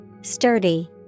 Sturdy